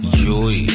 joy